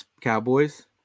Cowboys